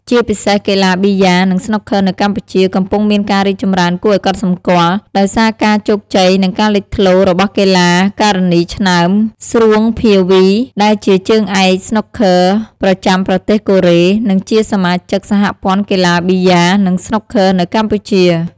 ជាពិសេសកីឡាប៊ីយ៉ានិងស្នូកឃ័រនៅកម្ពុជា កំពុងមានការរីកចម្រើនគួរឱ្យកត់សម្គាល់ ដោយសារការជោគជ័យនិងការលេចធ្លោរបស់កីឡាការិនីឆ្នើម ស្រួង ភាវី ដែលជាជើងឯកស្នូកឃ័រប្រចាំប្រទេសកូរ៉េ និងជាសមាជិកសហព័ន្ធកីឡាប៊ីយ៉ា និងស្នូកឃ័រនៅកម្ពុជា។